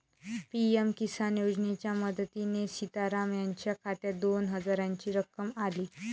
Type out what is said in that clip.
PM Kisan योजनेच्या मदतीने सीताराम यांच्या खात्यात दोन हजारांची रक्कम आली